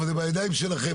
אבל זה בידיים שלכם.